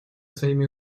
своими